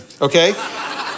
okay